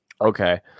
Okay